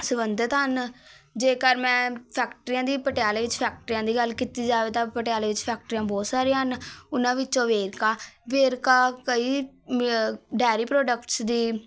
ਸੰਬੰਧਿਤ ਹਨ ਜੇਕਰ ਮੈਂ ਫੈਕਟਰੀਆਂ ਦੀ ਪਟਿਆਲੇ ਵਿੱਚ ਫੈਕਟਰੀਆਂ ਦੀ ਗੱਲ ਕੀਤੀ ਜਾਵੇ ਤਾਂ ਪਟਿਆਲੇ 'ਚ ਫੈਕਟਰੀਆਂ ਬਹੁਤ ਸਾਰੀਆਂ ਹਨ ਉਹਨਾਂ ਵਿੱਚੋਂ ਵੇਰਕਾ ਵੇਰਕਾ ਕਈ ਡੇਅਰੀ ਪ੍ਰੋਡਕਟਸ ਦੀ